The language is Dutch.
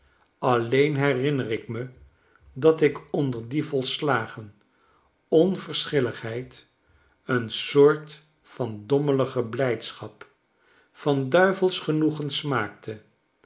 alieen herinner ik me dat ik onder die volslagen onverschilligheid een soort van dommelige blijdschap van duivelsch genoegen smaakte